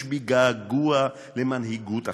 יש בי געגוע למנהיגות אחרת,